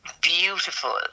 beautiful